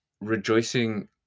rejoicing